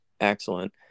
excellent